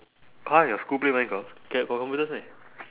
!huh! your school play minecraft can got computers meh